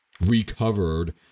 recovered